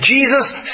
Jesus